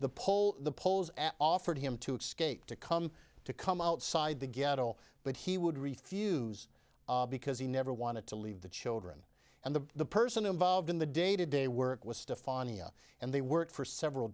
the pole the poles at offered him to escape to come to come outside the ghetto but he would refuse because he never wanted to leave the children and the person involved in the day to day work was to funny and they worked for several